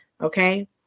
okay